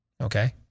Okay